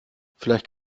vielleicht